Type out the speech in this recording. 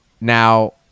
Now